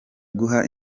guha